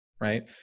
right